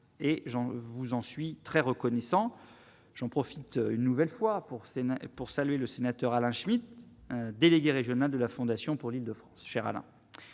et Jean vous en suis très reconnaissant, j'en profite, une nouvelle fois pour ces nains pour saluer le sénateur Alain Schmitt, délégué régional de la Fondation pour l'Île-de-France,